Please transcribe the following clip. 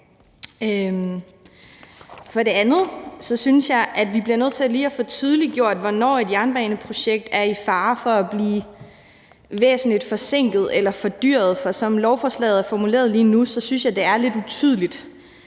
For det andet synes jeg, at vi bliver nødt til lige at få tydeliggjort, hvornår et jernbaneprojekt er i fare for at blive væsentlig forsinket eller fordyret, for som lovforslaget er formuleret lige nu, synes jeg, det er lidt utydeligt.